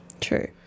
True